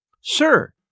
Sir